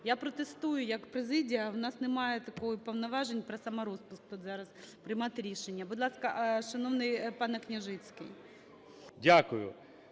Я протестую як президія. В нас немає таких повноважень про саморозпуск тут зараз приймати рішення. Будь ласка, шановний пане Княжицький.